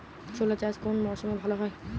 ছোলা চাষ কোন মরশুমে ভালো হয়?